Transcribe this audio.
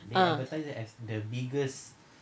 ah